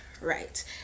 Right